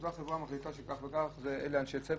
אותה חברה מחליטה שכך וכך אלה אנשי הצוות?